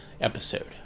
episode